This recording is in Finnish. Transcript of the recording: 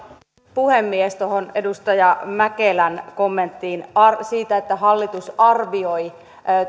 puhemies tuohon edustaja mäkelän kommenttiin siitä että hallitus arvioi